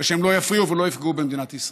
ושהם לא יפריעו ולא יפגעו במדינת ישראל.